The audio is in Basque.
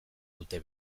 dute